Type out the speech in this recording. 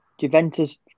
Juventus